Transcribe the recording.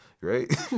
right